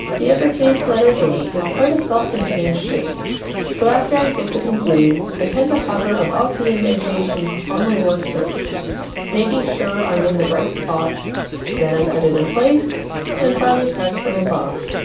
the upper case letter a is quite a self-contained shape so after i dip it in glue i tend to hover above the indentations on my work surface making sure i'm in the right spot then i set it in place and finally press from above